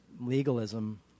legalism